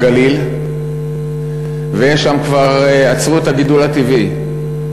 בגליל, ושם כבר עצרו את הגידול הטבעי.